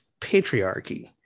patriarchy